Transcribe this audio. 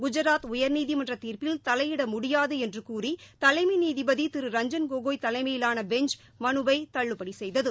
குஜராத் உயர்நீதிமன்ற தீர்ட்டில் தலையிட முடியாது என்று கூறி தலைமை நீதிபதி திரு ரஞ்ஜன் கோகோய் தலைமையிலான பெஞ்ச் மனுவை தள்ளுபடி செய்தது